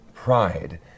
pride